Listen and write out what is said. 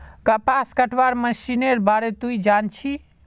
कपास कटवार मशीनेर बार तुई जान छि